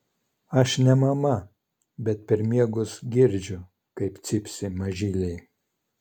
aš ne mama bet per miegus girdžiu kaip cypsi mažyliai